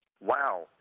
Wow